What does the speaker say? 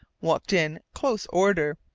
walked in close order,